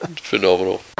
Phenomenal